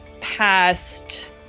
past